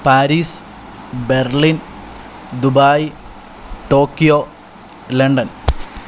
Paris Berlin Dubai Tokyo London